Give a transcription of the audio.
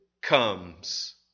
comes